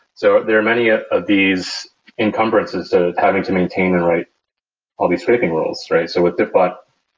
so there are many ah of these encumbrances ah having to maintain and write all these scraping rules, right? so with diffbot,